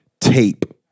tape